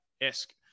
esque